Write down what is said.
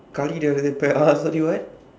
curry the pat~ uh sorry what